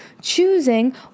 choosing